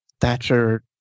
Thatcher